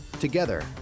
Together